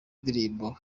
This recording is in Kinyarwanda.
indirimbo